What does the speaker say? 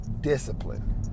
Discipline